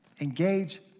Engage